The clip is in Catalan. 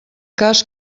cas